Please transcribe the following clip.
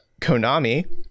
Konami